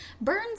Burns